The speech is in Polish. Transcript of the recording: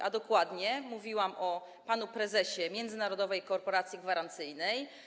A dokładnie mówiłam o panu prezesie Międzynarodowej Korporacji Gwarancyjnej.